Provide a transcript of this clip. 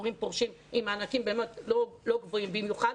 מורים פורשים עם מענקים לא גבוהים במיוחד,